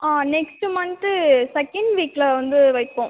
ஆ next month second வீக்கில் வந்து வைப்போம்